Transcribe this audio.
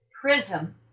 prism